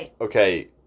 okay